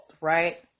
right